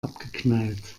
abgeknallt